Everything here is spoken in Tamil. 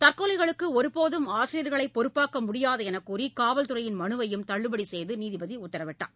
தற்கொலைகளுக்குஒருபோதும் ஆசிரியர்களைபொறுப்பாக்கமுடியாதுஎன்றுகூறி காவல்குறையின் மனுவையும் தள்ளுபடிசெய்துநீதிபதிஉத்தரவிட்டார்